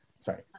sorry